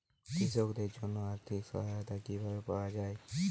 কৃষকদের জন্য আর্থিক সহায়তা কিভাবে পাওয়া য়ায়?